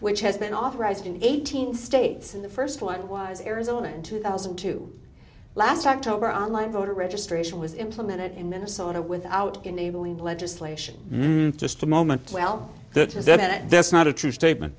which has been authorized in eighteen states and the first one was arizona two thousand and two last october on line voter registration was implemented in minnesota without enabling legislation just a moment well that is that that's not a true statement